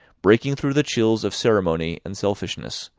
breaking through the chills of ceremony and selfishness,